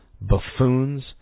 buffoons